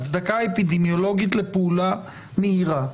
הצדקה אפידמיולוגית לפעולה מהירה.